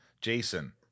Jason